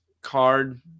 card